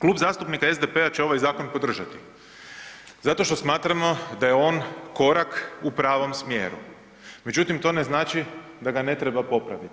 Klub zastupnika SDP-a će ovaj zakon podržati, zato što smatramo da je on korak u pravom smjeru, međutim to ne znači da ga ne treba popraviti.